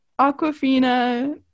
Aquafina